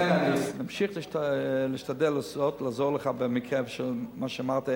אמשיך להשתדל לעזור לך במקרה שאמרת,